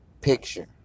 picture